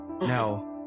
Now